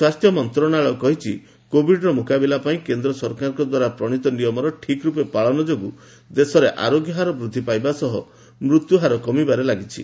ସ୍ପାସ୍ଥ୍ୟ ମନ୍ତ୍ରଣାଳୟ କହିଛି କୋବିଡ୍ର ମୁକାବିଲା ପାଇଁ କେନ୍ଦ୍ର ସରକାରଙ୍କ ଦ୍ୱାରା ପ୍ରଣିତ ନିୟମର ଠିକ୍ ରୂପେ ପାଳନ ଯୋଗୁଁ ଦେଶରେ ଆରୋଗ୍ୟ ହାର ବୃଦ୍ଧି ପାଇବା ସହ ମୃତ୍ୟୁ ହାର କମିବାରେ ଲାଗିଛି